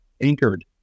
anchored